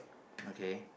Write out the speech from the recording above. okay